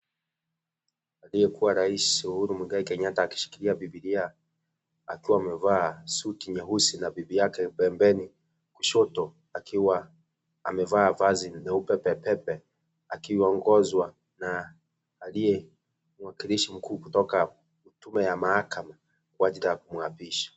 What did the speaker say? Aliyekuwa raisi Uhuru Mwigai Kenyatta akishikilia biblia, akiwa amevaa suti nyeusi na bibi yake pembeni kushoto akiwa amevaa vazi leupe pepepe akiongozwa na aliye mwakilishi mkuu kutoka tume ya mahakama kwa ajili ya kumwapisha.